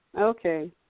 Okay